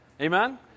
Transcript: amen